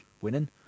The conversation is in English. winning